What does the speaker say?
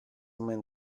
main